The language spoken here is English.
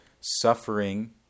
suffering